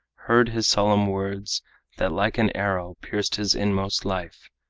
heard his solemn words that like an arrow pierced his inmost life.